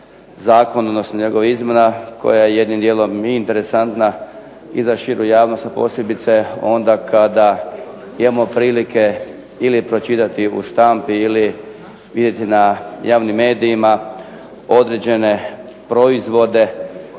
zakon odnosno njegova izmjena koja je jednim dijelom i interesantna i za širu javnost, a posebice onda kada imamo prilike ili pročitati u štampi ili vidjeti na javnim medijima određene proizvode,